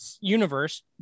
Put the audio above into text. universe